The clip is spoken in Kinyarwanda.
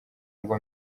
ngo